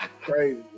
Crazy